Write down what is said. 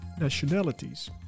nationalities